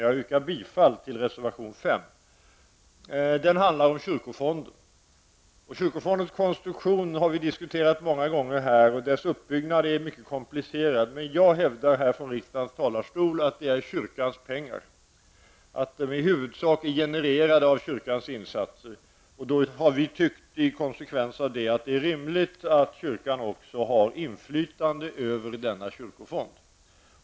Jag yrkar bifall till reservation 5. Kyrkofondens konstruktion har vi diskuterat många gånger här. Dess uppbyggnad är mycket komplicerad. Men jag hävdar här från riksdagens talarstol att det är kyrkans pengar, i huvudsak genererade av kyrkans insatser. Då har vi i konsekvens härmed tyckt att det är rimligt att kyrkan också har inflytande över denna kyrkofond.